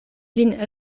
lin